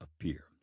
appear